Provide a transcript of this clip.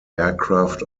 aircraft